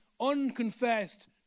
unconfessed